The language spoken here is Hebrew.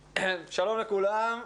שלום לכולם,